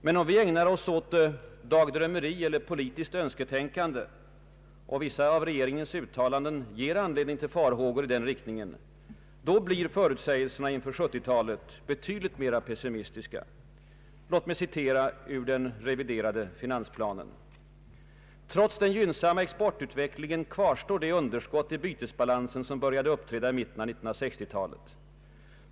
Men om vi ägnar oss åt dagdrömmeri och politiskt önsketänkande — och vissa av regeringens uttalanden ger anledning till farhågor i den riktningen — då blir förutsägelserna inför 1970-talet betydligt pessimistiska. Låt mig citera ur den reviderade finansplanen: ”Trots den gynnsamma exportutvecklingen kvarstår det underskott i bytesbalansen, som började uppträda i mitten av 1960-talet.